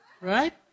Right